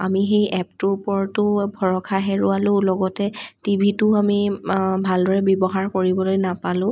আমি সেই এপটোৰ ওপৰতো ভৰষা হেৰুৱালোঁ লগতে টিভিটো আমি ভালদৰে ব্য়ৱহাৰ কৰিবলৈ নাপালোঁ